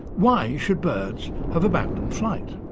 why should birds have abandoned flight?